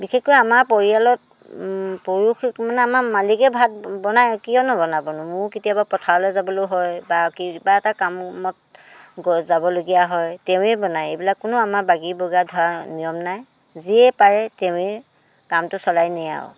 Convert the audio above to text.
বিশেষকৈ আমাৰ পৰিয়ালত পুৰুষ মানে আমাৰ মালিকে ভাত বনায় কিয় নবনাবনো ময়ো কেতিয়াবা পথাৰলৈ যাবলৈ হয় বা কিবা এটা কামত যাবলগীয়া হয় তেঁৱে বনায় এইবিলাক কোনো আমা বাগি বগৰা ধৰা নিয়ম নাই যিয়ে পাৰে তেঁৱে কামটো চলাই নিয়ে আৰু